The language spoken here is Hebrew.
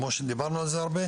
כמו שדיברנו על זה הרבה,